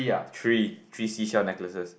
three three seashell necklaces